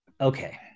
Okay